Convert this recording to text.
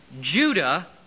Judah